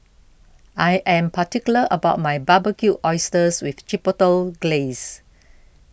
I am particular about my Barbecued Oysters with Chipotle Glaze